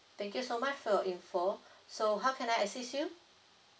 thank you so much for your info so how can I assist you